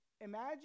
Imagine